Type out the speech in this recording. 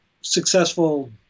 successful